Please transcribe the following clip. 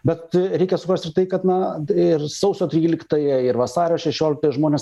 bet reikia suprast ir tai kad na ir sausio tryliktąją ir vasario šešioliktąją žmonės